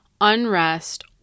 unrest